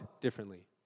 differently